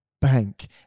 bank